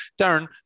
Darren